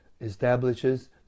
establishes